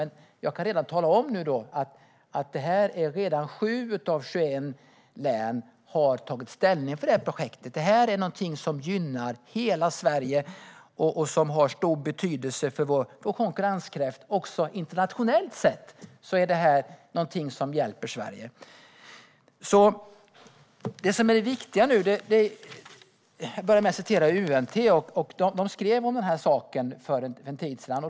Men jag kan tala om att 7 av 21 län redan har tagit ställning för detta projekt. Detta är någonting som gynnar hela Sverige och som har stor betydelse för vår konkurrenskraft. Också internationellt sett är det någonting som hjälper Sverige. UNT skrev om detta för en tid sedan.